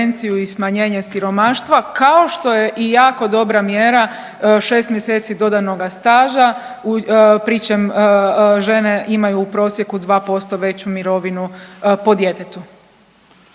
i smanjenje siromaštva kao što je i jako dobra mjera šest mjeseci dodanoga staža pri čem žene imaju u prosjeku 2% veću mirovinu po djetetu.